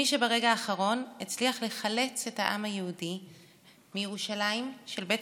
מי שברגע האחרון הצליח לחלץ את העם היהודי מירושלים של בית